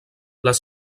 les